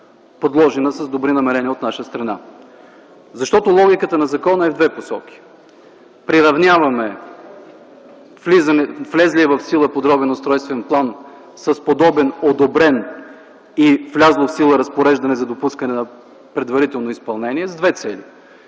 подложена с добри намерения от наша страна. Защото логиката на закона е в две посоки. Приравняваме влезлия в сила подробен устройствен план с подобен одобрен и влязло в сила разпореждане за допускане на предварително изпълнение с две цели.